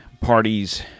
parties